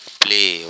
play